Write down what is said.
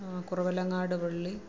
കുറവലങ്ങാട് പള്ളി